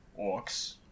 orcs